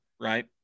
right